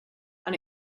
and